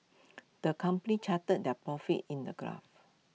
the company charted their profits in the graph